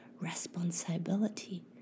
responsibility